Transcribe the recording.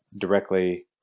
directly